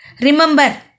remember